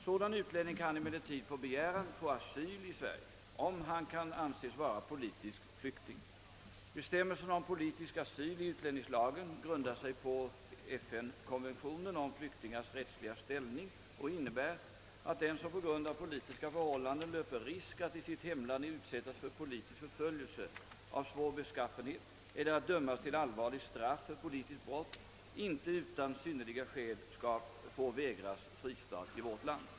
Sådan utlänning kan emellertid på begäran få asyl i Sverige, om han kan anses vara politisk flykting. Bestämmelserna om politisk asyl i utlänningslagen grundar sig på FN-konventionen om flyktingars rättsliga ställning och innebär, att den som på grund av politiska förhållanden löper risk att i sitt hemland utsättas för politisk förföljelse av svår beskaffenhet eller att dömas till allvarligt straff för politiskt brott inte utan synnerliga skäl får vägras fristad i vårt land.